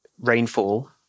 rainfall